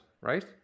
right